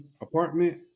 apartment